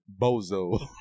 Bozo